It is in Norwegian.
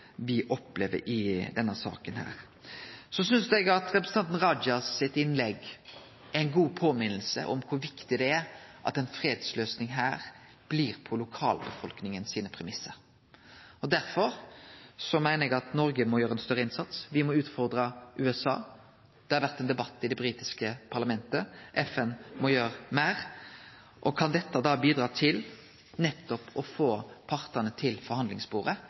opplever i denne saka. Så synest eg representanten Rajas innlegg er ei god påminning om kor viktig det er at ei fredsløysing her blir på lokalbefolkninga sine premissar. Derfor meiner eg at Noreg må gjere ein større innsats. Me må utfordre USA, det har vore ein debatt i det britiske parlamentet, FN må gjere meir. Og kan det skje at dette bidreg til nettopp å få partane til forhandlingsbordet,